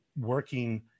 working